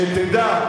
שתדע,